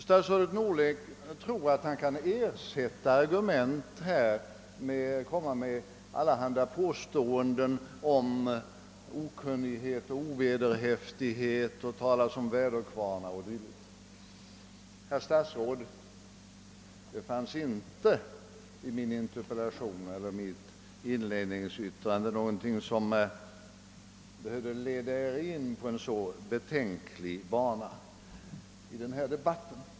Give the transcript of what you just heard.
Statsrådet Norling tror att han kan ersätta argument med allehanda påståenden om okunnighet och ovederhäftighet och med att säga att vi talar som väderkvarnar 0. s. v. Herr statsråd! Det fanns ingenting i min interpellation eller mitt inledningsanförande som behövde leda Er in på en så betänklig bana i denna debatt.